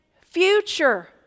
future